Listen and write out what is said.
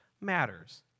matters